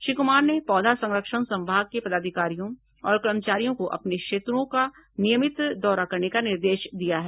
श्री कुमार ने पौधा संरक्षण संभाग के पदाधिकारियों और कर्मचारियों को अपने क्षेत्रों का नियमित दौरा करने का निर्देश दिया है